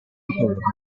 intorno